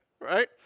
Right